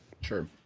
Sure